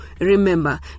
remember